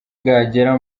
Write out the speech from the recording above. bwagera